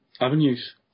avenues